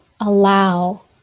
allow